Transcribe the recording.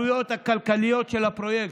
חבר הכנסת קרעי,